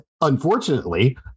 unfortunately